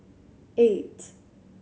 eight